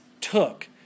took